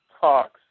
talks